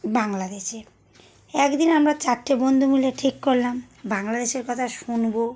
বাংলাদেশে এক দিন আমরা চারটে বন্ধু মিলে ঠিক করলাম বাংলাদেশের কথা শুনবো